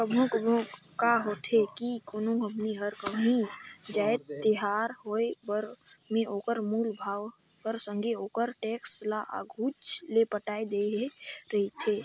कभों कभों का होथे कि कोनो कंपनी हर कांही जाएत तियार होय पर में ओकर मूल भाव कर संघे ओकर टेक्स ल आघुच ले पटाए देहे रहथे